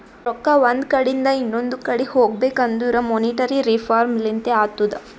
ರೊಕ್ಕಾ ಒಂದ್ ಕಡಿಂದ್ ಇನೊಂದು ಕಡಿ ಹೋಗ್ಬೇಕಂದುರ್ ಮೋನಿಟರಿ ರಿಫಾರ್ಮ್ ಲಿಂತೆ ಅತ್ತುದ್